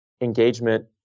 engagement